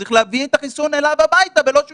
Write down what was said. צריך להביא את החיסון אליו הביתה ולא שהוא